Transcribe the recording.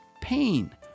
pain